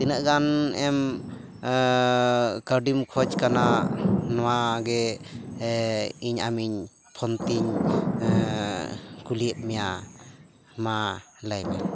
ᱛᱤᱱᱟᱹᱜ ᱜᱟᱱᱼᱮᱢ ᱠᱟᱹᱣᱰᱤᱢ ᱠᱷᱚᱡ ᱠᱟᱱᱟ ᱱᱚᱣᱟ ᱜᱮ ᱤᱧ ᱟᱢᱤᱧ ᱯᱷᱚᱱᱛᱤᱧ ᱠᱩᱞᱤᱭᱮᱫ ᱢᱮᱭᱟ ᱢᱟ ᱞᱟᱭᱢᱮ